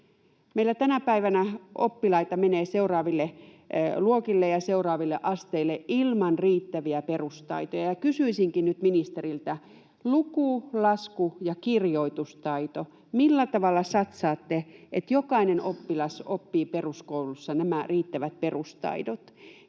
Meillä tänä päivänä oppilaita menee seuraaville luokille ja seuraaville asteille ilman riittäviä perustaitoja. Kysyisinkin nyt ministeriltä: luku-, lasku- ja kirjoitustaito, millä tavalla satsaatte, että jokainen oppilas oppii peruskoulussa nämä riittävät perustaidot?